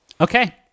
Okay